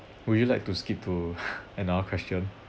would you like to skip to another question